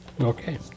Okay